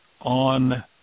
on